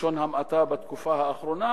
בלשון המעטה, בתקופה האחרונה.